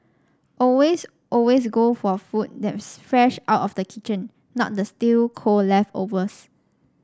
always always go for food that's fresh out of the kitchen not the stale cold leftovers